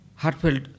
Heartfelt